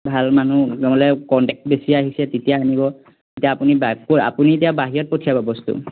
ভাল মানুহ নহ'লে কণ্টেক্ট বেছি আহিছে তেতিয়া আনিব তেতিয়া আপুনি বাইক আপুনি এতিয়া বাহিৰত পঠিয়াব বস্তু